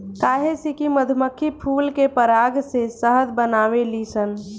काहे से कि मधुमक्खी फूल के पराग से शहद बनावेली सन